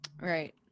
Right